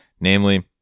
namely